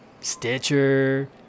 Stitcher